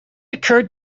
occurred